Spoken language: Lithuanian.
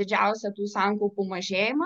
didžiausią tų sankaupų mažėjimą